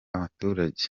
abaturage